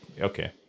okay